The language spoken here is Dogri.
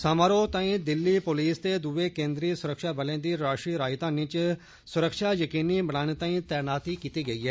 समारोह ताईं दिल्ली पुलिस ते दुए केन्द्री सुरक्षाबलें दी राष्ट्रीय राजधानी च सुरक्षा यकीनी बनाने ताईं तैनाती कीती गेई ऐ